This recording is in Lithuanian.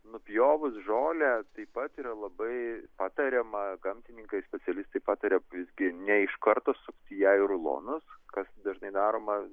nupjovus žolę taip pat yra labai patariama gamtininkai specialistai pataria visgi ne iš karto sukti ją į rulonus kas dažnai daroma